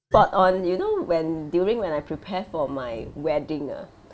but on you know when during when I prepare for my wedding ah